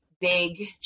big